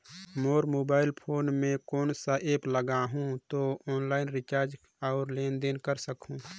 मोर mobile phone मे कोन सा एप्प लगा हूं तो ऑनलाइन रिचार्ज और लेन देन कर सकत हू?